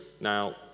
Now